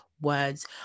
words